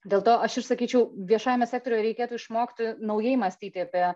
dėl to aš ir sakyčiau viešajame sektoriuje reikėtų išmokti naujai mąstyt apie